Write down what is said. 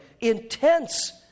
intense